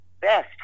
best